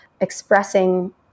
expressing